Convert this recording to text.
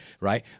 right